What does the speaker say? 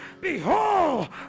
Behold